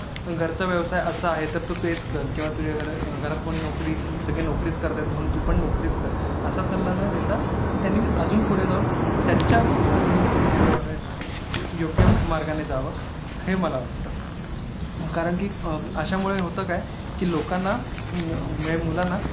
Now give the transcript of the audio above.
घरचा व्यवसाय असा आहे तर तू तेच कर किंवा तुझ्या घर घरात कोणी नोकरी सगळे नोकरीच करत आहेत म्हणून तू पण नोकरीच कर असा सल्ला न देता की त्यांनी अजून पुढे जाऊन त्याच्या योग्य मार्गाने जावं हे मला वाटतं कारण की अशामुळे होतं काय की लोकांना म्हणजे मुलांना